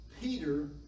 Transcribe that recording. Peter